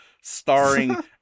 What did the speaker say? starring